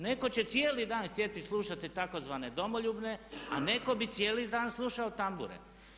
Netko će cijeli dan htjeti slušati tzv. domoljubne a netko bi cijeli dan slušao tambure.